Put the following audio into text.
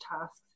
tasks